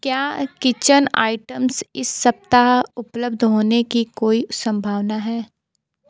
क्या kitchen items इस सप्ताह उपलब्ध होने की कोई संभावना हैं